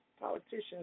politicians